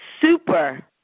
super